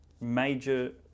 major